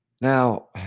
Now